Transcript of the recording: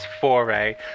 Foray